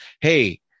Hey